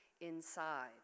inside